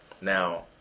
Now